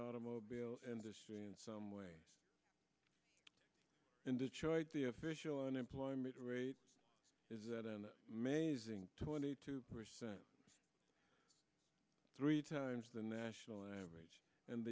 automobile industry in some way in detroit the official unemployment rate is at an mazing twenty two percent three times the national average and